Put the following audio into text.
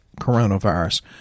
coronavirus